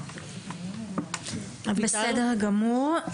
בסדר גמור.